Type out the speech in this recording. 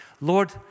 Lord